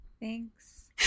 thanks